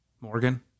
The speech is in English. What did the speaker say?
Morgan